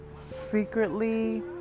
Secretly